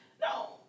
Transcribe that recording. No